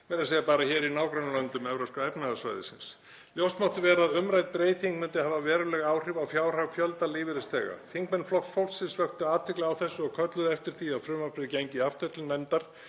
meira að segja bara hér í nágrannalöndum Evrópska efnahagssvæðisins. Ljóst mátti vera að umrædd breyting myndi hafa veruleg áhrif á fjárhag fjölda lífeyrisþega. Þingmenn Flokks fólksins vöktu athygli á þessu og kölluðu eftir því að frumvarpið gengi aftur til nefndar